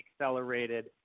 accelerated